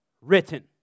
written